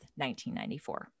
1994